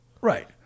Right